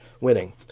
winning